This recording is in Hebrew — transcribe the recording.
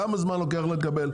כמה זמן לוקח להם את האישור?